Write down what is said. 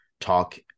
talk